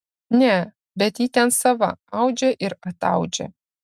ne bet ji ten sava audžia ir ataudžia